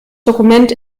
dokument